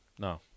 No